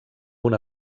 una